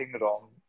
wrong